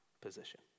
position